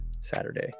saturday